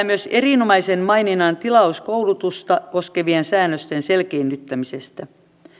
myös erinomaisen maininnan tilauskoulutusta koskevien säännösten selkiinnyttämisestä